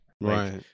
Right